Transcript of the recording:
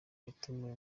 watumiwe